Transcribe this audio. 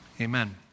Amen